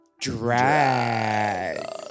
DRAG